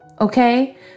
okay